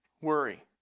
Worry